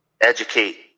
educate